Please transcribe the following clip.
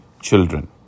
children